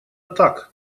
так